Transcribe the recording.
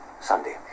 Sunday